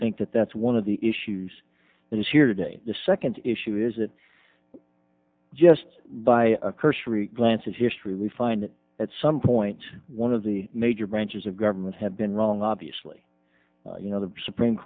think that that's one of the issues that is here today the second issue is it just by a cursory glance at history we find that at some point one of the major branches of government had been wrong obviously you know the supreme